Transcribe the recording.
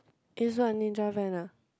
is what Ninja Van ah